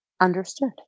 Understood